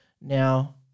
Now